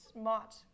smart